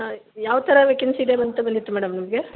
ಹಾಂ ಯಾವ ಥರ ವೆಕೇನ್ಸಿ ಇದೆ ಇತ್ತು ಮೇಡಮ್ ನಿಮಗೆ